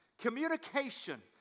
communication